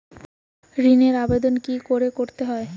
ঋণের আবেদন কি করে করতে হয়?